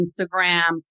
Instagram